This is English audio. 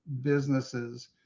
businesses